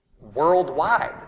worldwide